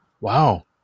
Wow